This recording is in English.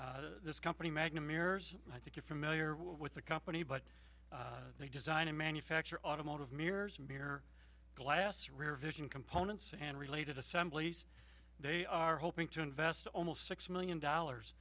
this company magna mirrors i think you're familiar with the company but they design and manufacture automotive mirrors mirror glass rear vision components and related assemblies they are hoping to invest almost six million dollars